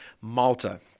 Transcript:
Malta